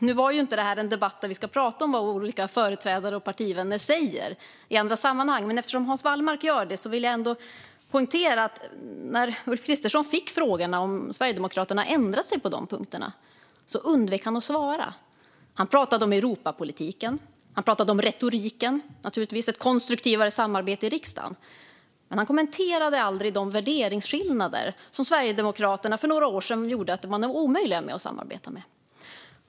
Nu är inte det här en debatt där vi ska prata om vad olika företrädare och partivänner säger i andra sammanhang, men eftersom Hans Wallmark gör det vill jag ändå poängtera att när Ulf Kristersson fick frågan om Sverigedemokraterna ändrat sig på de här punkterna undvek han att svara. Han pratade om Europapolitiken. Han pratade om retoriken och om ett konstruktivare samarbete i riksdagen. Men han kommenterade aldrig de värderingar som gjorde att Sverigedemokraterna för några år sedan var omöjliga att samarbeta med.